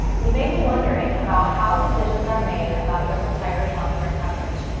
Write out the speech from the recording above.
you may be wondering about how decisions are made about your retiree healthcare coverage.